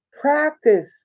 Practice